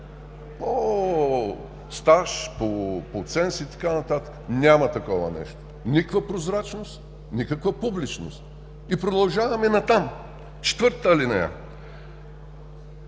по стаж, по ценз и така нататък? Няма такова нещо! Никаква прозрачност, никаква публичност. Продължаваме нататък. Четвъртата алинея.